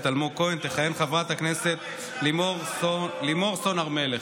אלמוג כהן תכהן חברת הכנסת לימור סון הר מלך.